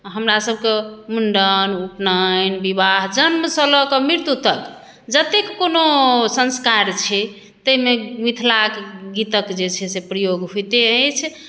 हमरासभके मुण्डन उपनयन विवाह जन्मसँ लऽ कऽ मृत्यु तक जतेक कोनो संस्कार छै ताहिमे मिथिलाक गीतक जे छै से प्रयोग होइते अछि